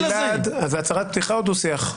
זו הצהרת פתיחה או דו שיח?